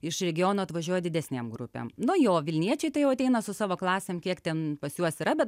iš regiono atvažiuoja didesnėm grupėm nu jo vilniečiai tai jau ateina su savo klasėm kiek ten pas juos yra bet